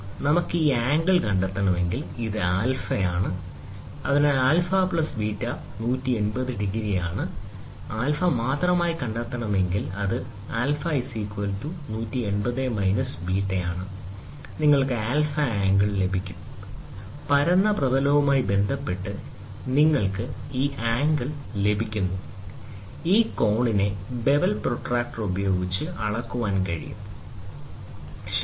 നമുക്ക് ഈ ആംഗിൾ കണ്ടെത്തണമെങ്കിൽ ഇത് α അതിനാൽ α β 180 ° നിങ്ങൾക്ക് α മാത്രമായി കണ്ടെത്തണമെങ്കിൽ അത് ഇതായിരിക്കും α 180 ° β നിങ്ങൾക്ക് α ആംഗിൾ ലഭിക്കും പരന്ന പ്രതലവുമായി ബന്ധപ്പെട്ട് നിങ്ങൾക്ക് ഈ ആംഗിൾ ലഭിക്കുന്നു ഈ കോണിനെ ബെവൽ പ്രൊട്ടക്റ്റർ ഉപയോഗിച്ച് അളക്കാൻ കഴിയും ശരി